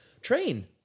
Train